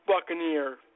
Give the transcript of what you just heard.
Buccaneer